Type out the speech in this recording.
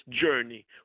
journey